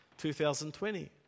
2020